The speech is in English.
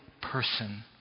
person